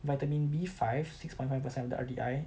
vitamin B five six point five percent of the R_D_I